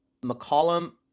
McCollum